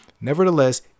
Nevertheless